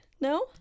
no